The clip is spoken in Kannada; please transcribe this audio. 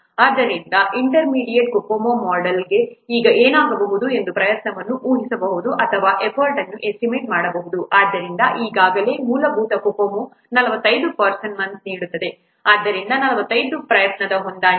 ಆದ್ದರಿಂದ ಇಂಟರ್ಮೀಡಿಯೇಟ್ COCOMO ಮೊಡೆಲ್ ಈಗ ಏನಾಗಬಹುದು ಎಂದು ಪ್ರಯತ್ನವನ್ನು ಊಹಿಸಬಹುದು ಅಥವಾ ಎಫರ್ಟ್ ಅನ್ನು ಎಸ್ಟಿಮೇಟ್ ಮಾಡಬಹುದು ಆದ್ದರಿಂದ ಈಗಾಗಲೇ ಮೂಲಭೂತ COCOMO 45 ಪರ್ಸನ್ ಮೊಂತ್ಸ್ ನೀಡುತ್ತದೆ ಆದ್ದರಿಂದ 45 ಪ್ರಯತ್ನದ ಹೊಂದಾಣಿಕೆಗೆ